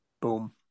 Boom